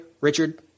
Richard